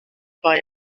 why